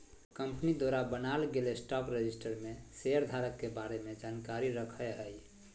company द्वारा बनाल गेल स्टॉक रजिस्टर में शेयर धारक के बारे में जानकारी रखय हइ